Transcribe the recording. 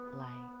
light